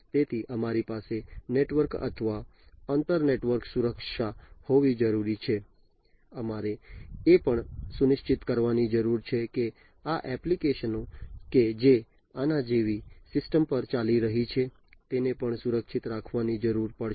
તેથી અમારી પાસે નેટવર્ક અથવા આંતર નેટવર્ક સુરક્ષા હોવી જરૂરી છે અમારે એ પણ સુનિશ્ચિત કરવાની જરૂર છે કે આ એપ્લિકેશનો કે જે આના જેવી સિસ્ટમ પર ચાલી રહી છે તેને પણ સુરક્ષિત રાખવાની જરૂર પડશે